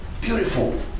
Beautiful